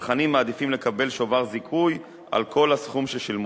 וצרכנים מעדיפים לקבל שובר זיכוי על כל הסכום ששילמו.